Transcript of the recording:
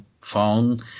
phone